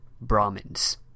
Brahmins